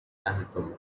anatomical